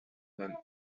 than